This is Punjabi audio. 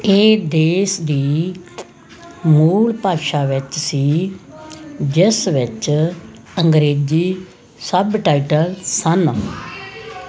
ਇਹ ਦੇਸ਼ ਦੀ ਮੂਲ ਭਾਸ਼ਾ ਵਿੱਚ ਸੀ ਜਿਸ ਵਿੱਚ ਅੰਗਰੇਜ਼ੀ ਸਬਟਾਈਟਲ ਸਨ